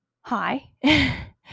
hi